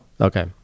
Okay